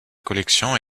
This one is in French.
collection